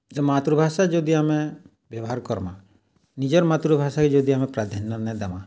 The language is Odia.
ମାତୃଭାଷା ଯଦି ଆମେ ବ୍ୟବହାର କର୍ମା ନିଜର୍ ମାତୃଭାଷାକେ ଯଦି ଆମେ ପ୍ରାଧାନ୍ୟ ନେ ଦେମା